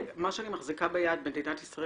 מה שאני מחזיקה ביד "מדינת ישראל,